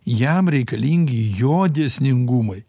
jam reikalingi jo dėsningumai